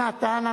כבוד השר, אם